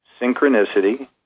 synchronicity